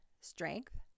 strength